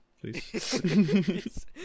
please